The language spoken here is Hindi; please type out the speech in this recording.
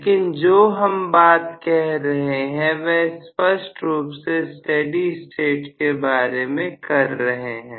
लेकिन जो हम बात कर रहे हैं वह स्पष्ट रूप से स्टेडी स्टेट के बारे में कर रहे हैं